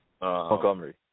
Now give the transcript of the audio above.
Montgomery